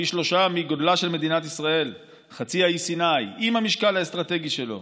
פי שלושה מגודלה של מדינת ישראל חצי האי סיני עם המשקל האסטרטגי שלו